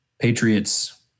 Patriots